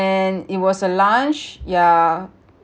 and it was a lunch yeah